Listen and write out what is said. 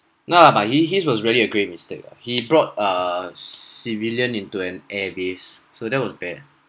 no lah but he his was really a great mistake lah he brought a civilian into an airbase so that was bad